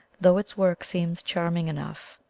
though its work seems charming enough.